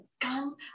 gun